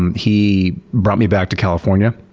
um he brought me back to california.